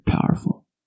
powerful